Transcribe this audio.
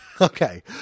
Okay